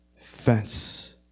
fence